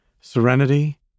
serenity